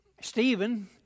Stephen